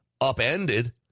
upended